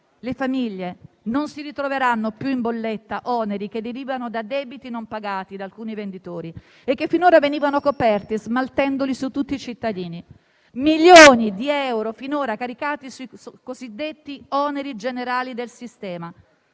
Le famiglie non si ritroveranno più in bolletta oneri che derivano da debiti non pagati da alcuni venditori e che finora venivano coperti smaltendoli su tutti i cittadini: milioni di euro finora caricati sui cosiddetti oneri generali del sistema